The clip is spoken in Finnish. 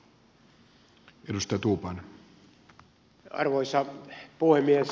arvoisa puhemies